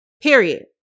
Period